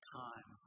time